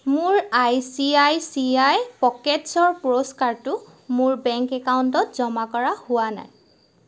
মোৰ I C I C I পকেটছৰ পুৰস্কাৰটো মোৰ বেংক একাউণ্টত জমা কৰা হোৱা নাই